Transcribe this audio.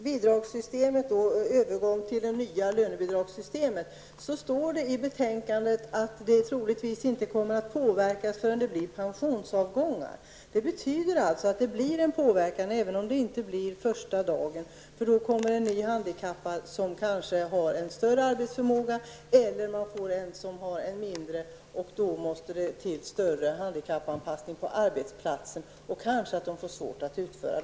Herr talman! När det gäller övergången till det nya lönebidragssystemet står det i betänkandet att organisationernas verksamhet troligtvis inte kommer att påverkas förrän det blir pensionsavgångar. Det betyder alltså att det blir en påverkan, även om den inte sker första dagen. Den nya som kommer har kanske en större arbetsförmåga eller också får företaget en handikappad som har en mindre arbetsförmåga. Då måste det till större handikappanpassning till arbetsplatsen. Kanske blir uppgifterna svåra att utföra.